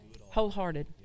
Wholehearted